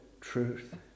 truth